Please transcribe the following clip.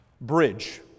bridge